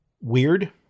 weird